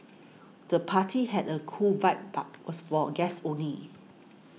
the party had a cool vibe but was for guests only